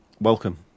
Welcome